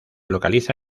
localiza